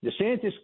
DeSantis